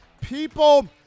People